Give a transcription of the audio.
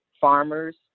farmers